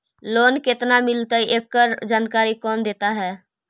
Loan केत्ना मिलतई एकड़ जानकारी कौन देता है?